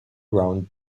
ground